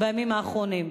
בימים האחרונים.